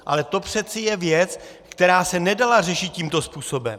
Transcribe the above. Ale to přece je věc, která se nedala řešit tímto způsobem.